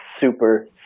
super